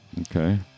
okay